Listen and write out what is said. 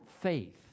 faith